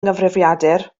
nghyfrifiadur